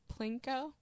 Plinko